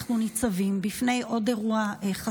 עומר שם טוב,